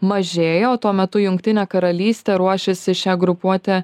mažėja o tuo metu jungtinė karalystė ruošiasi šią grupuotę